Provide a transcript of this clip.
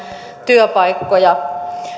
työpaikkoja